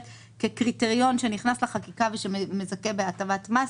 כקריטריון שנכנס לחקיקה ושמזכה בהטבת מס,